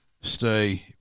stay